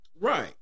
Right